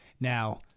Now